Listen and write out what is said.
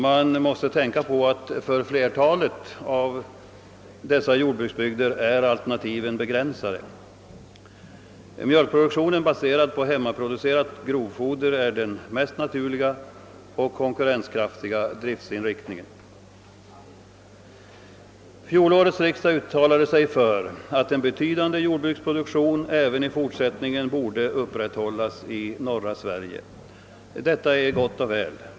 Man måste tänka på att för flertalet av dessa jordbruksbygder är alternativen begränsade. Mjölkproduktion, baserad på hemmaproducerat grovfoder, är den mest naturliga och konkurrenskraftiga driftsinriktningen. Fjolårets riksdag uttalade sig för att en betydande <jordbruksproduktion även i fortsättningen borde upprätthållas i norra Sverige. Detta är gott och väl.